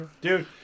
Dude